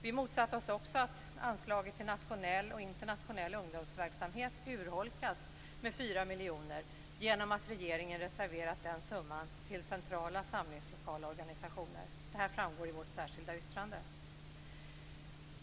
Vi motsatte oss också att anslaget till nationell och internationell ungdomsverksamhet urholkas med 4 miljoner genom att regeringen reserverat den summan till centrala samlingslokalorganisationer. Det här framgår av vårt särskilda yttrande.